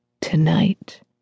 tonight